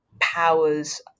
powers